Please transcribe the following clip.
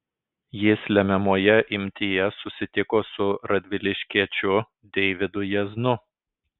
jis lemiamoje imtyje susitiko su radviliškiečiu deividu jaznu